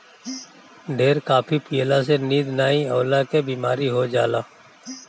ढेर काफी पियला से नींद नाइ अवला के बेमारी हो जाला